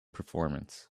performance